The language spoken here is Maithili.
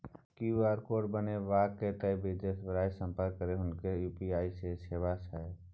क्यू.आर कोड बनेबाक यै तए बिदेसरासँ संपर्क करू हुनके लग यू.पी.आई के सेवा छै